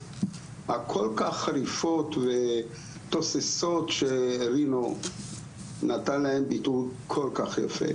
הכול כך חריפות ותוססות שרינו נתן להם ביטוי כל כך יפה,